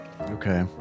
Okay